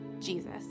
Jesus